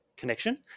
connection